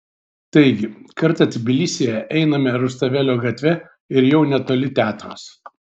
taigi kartą tbilisyje einame rustavelio gatve ir jau netoli teatras